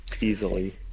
easily